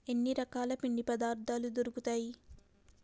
ఎన్ని రకాల పిండి పదార్థాలు దొరుకుతాయి